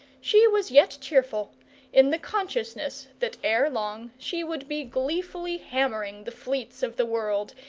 she was yet cheerful in the consciousness that ere long she would be gleefully hammering the fleets of the world,